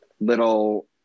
little